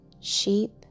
sheep